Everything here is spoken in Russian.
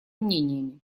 мнениями